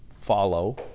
follow